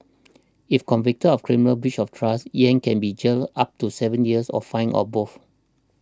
if convicted of criminal breach of trust Yang can be jailed up to seven years or fined or both